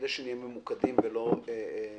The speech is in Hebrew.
כדי שנהיה ממוקדים ולא נתפזר: